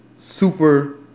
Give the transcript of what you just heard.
super